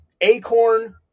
Acorn